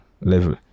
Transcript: level